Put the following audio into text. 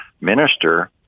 minister